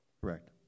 Correct